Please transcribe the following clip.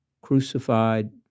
crucified